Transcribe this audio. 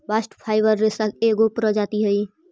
bast fibre रेसा के एगो प्रजाति हई